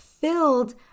filled